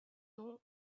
nom